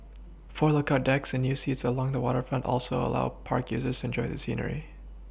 four lookout decks and new seats along the waterfront also allow park users enjoy the scenery